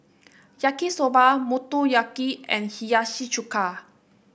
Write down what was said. Yaki Soba Motoyaki and Hiyashi Chuka